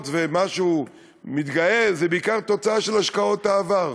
ומה שהוא מתגאה בו זה בעיקר תוצאה של השקעות העבר.